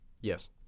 Yes